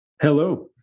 hello